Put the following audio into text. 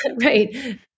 Right